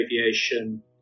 aviation